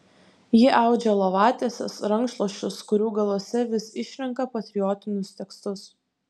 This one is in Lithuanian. ji audžia lovatieses rankšluosčius kurių galuose vis išrenka patriotinius tekstus